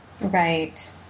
Right